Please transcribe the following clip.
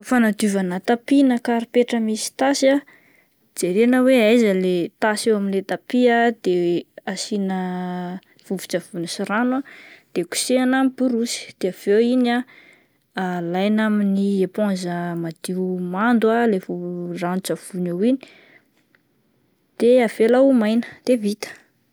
Fanadiovana tapis na karipetra misy tasy, jerena hoe aiza le tasy eo amin'ilay tapis ah de asiana ah vovon-tsavony sy rano ah de kosehina amin'ny borosy, de avy eo iny ah alaina amin'ny eponza madio mando ah le vo-ranon-tsavony ao iny, de avela ho maina de vita.